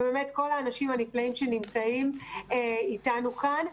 וכל האנשים הנפלאים שנמצאים אתנו כאן.